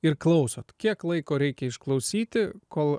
ir klausot kiek laiko reikia išklausyti kol